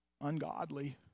ungodly